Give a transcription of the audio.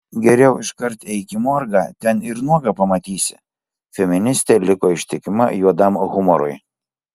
geriau iškart eik į morgą ten ir nuogą pamatysi feministė liko ištikima juodam humorui